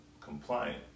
compliant